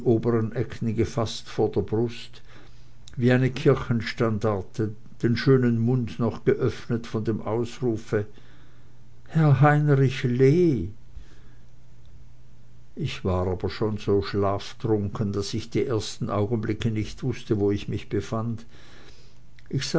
ecken gefaßt vor der brust wie eine kirchenstandarte den schönen mund noch geöffnet von dem ausrufe herr heinrich lee ich war aber schon so schlaftrunken daß ich die ersten augenblicke nicht wußte wo ich mich befand